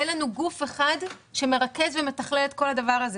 אין לנו גוף אחד שמרכז ומתכלל את כל הדבר הזה.